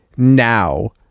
now